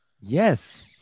Yes